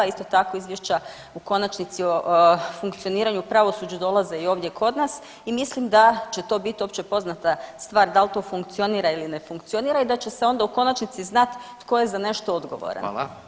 Isto tako izvješća u konačnici o funkcioniranju pravosuđa dolaze i ovdje kod nas i mislim da će to biti opće poznata stvar da li to funkcionira ili ne funkcionira i da će se onda u konačnici znati tko je za nešto odgovoran.